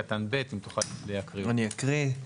אם תוכל רק להקריא אותו.